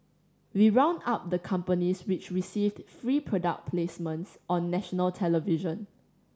we round up the companies which received free product placements on national television